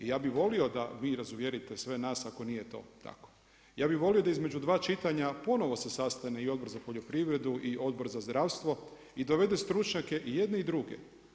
I ja bih volio da vi razuvjerite sve nas ako nije to tako, ja bih volio da između dva čitanja ponovo se sastane i Odbor za poljoprivredu i Odbor za zdravstvo i dovedu stručnjake i jedne i druge.